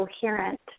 coherent